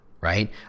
right